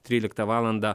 tryliktą valandą